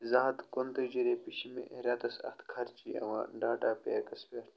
زٕ ہَتھ تہٕ کنتٲجی رۄپیہِ چھِ مےٚ رٮ۪تَس اَتھ خرچہِ یِوان ڈاٹا پیکَس پٮ۪ٹھ